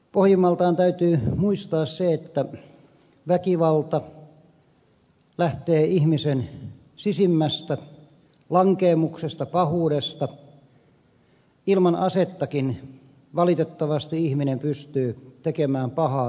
pohjimmaltaan täytyy muistaa se että väkivalta lähtee ihmisen sisimmästä lankeemuksesta pahuudesta ilman asettakin valitettavasti ihminen pystyy tekemään pahaa toiselle ihmiselle